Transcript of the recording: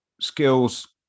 skills